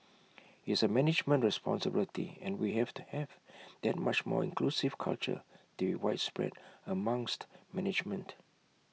it's A management responsibility and we have to have that much more inclusive culture to be widespread amongst management